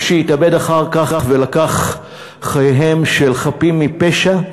שהתאבד אחר כך ולקח חייהם של חפים מפשע,